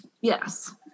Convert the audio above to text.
yes